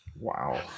Wow